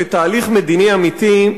לתהליך מדיני אמיתי,